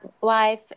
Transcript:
wife